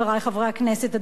חברי חברי הכנסת,